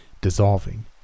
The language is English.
dissolving